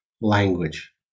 language